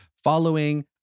following